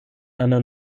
einer